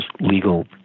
legal